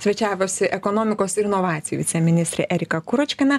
svečiavosi ekonomikos ir inovacijų viceministrė erika kuročkina